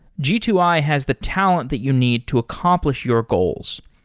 g two i has the talent that you need to accomplish your goals.